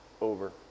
over